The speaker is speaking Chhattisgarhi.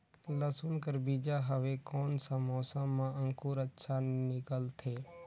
लसुन कर बीजा हवे कोन सा मौसम मां अंकुर अच्छा निकलथे?